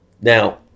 Now